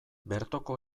bertoko